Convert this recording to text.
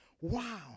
wow